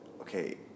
Okay